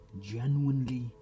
genuinely